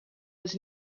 was